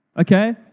Okay